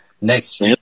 Next